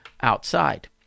outside